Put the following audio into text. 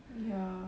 ya